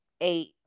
eight